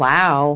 Wow